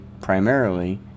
primarily